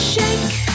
Shake